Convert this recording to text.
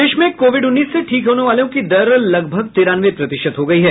प्रदेश में कोविड उन्नीस से ठीक होने वालों की दर लगभग तिरानवे प्रतिशत हो गयी है